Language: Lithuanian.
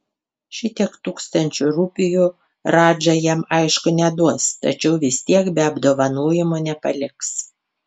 šitiek tūkstančių rupijų radža jam aišku neduos tačiau vis tiek be apdovanojimo nepaliks